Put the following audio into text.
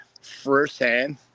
firsthand